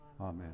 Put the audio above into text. Amen